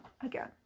again